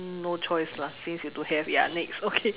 no choice lah since you don't have ya next